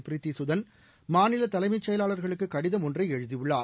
ப்ரீத்திசுதன் மாநிலதலைச் செயலாளர்களுக்குகடிதம் ஒன்றைஎழுதியுள்ளார்